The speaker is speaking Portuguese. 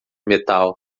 metal